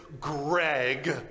Greg